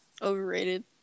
Overrated